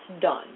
done